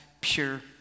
pure